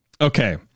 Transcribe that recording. Okay